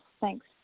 Thanks